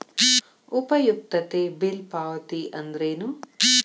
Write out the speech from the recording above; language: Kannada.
ಉಪಯುಕ್ತತೆ ಬಿಲ್ ಪಾವತಿ ಅಂದ್ರೇನು?